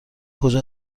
کجا